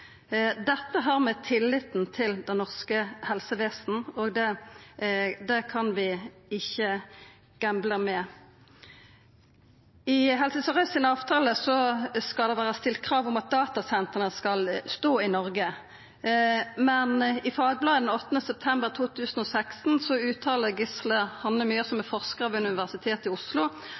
Dette har å gjera med tilliten til det norske helsevesenet, og det kan vi ikkje gambla med. I Helse Sør-Aust si avtale skal det vera stilt krav om at datasentra skal stå i Noreg, men i Fagbladet den 8. september 2016 uttala Gisle Hannemyr, som er forskar ved Universitetet i Oslo: